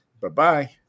Bye-bye